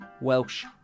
Welsh